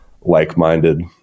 like-minded